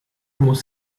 muss